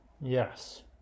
Yes